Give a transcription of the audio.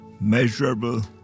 measurable